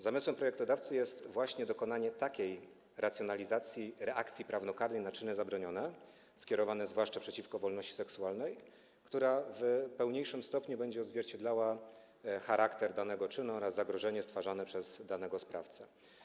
Zamysłem projektodawcy jest właśnie dokonanie racjonalizacji reakcji prawnokarnej na czyny zabronione skierowane zwłaszcza przeciwko wolności seksualnej - która w pełniejszym stopniu będzie odzwierciedlała charakter danego czynu oraz zagrożenie stwarzane przez danego sprawcę.